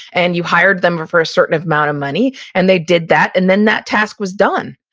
and you hired them for for a certain of amount of money and they did that and then that task was done.